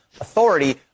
authority